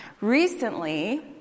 Recently